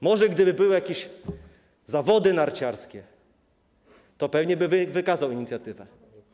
Może gdyby były jakieś zawody narciarskie, pewnie by wykazał inicjatywę.